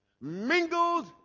mingled